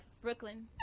Brooklyn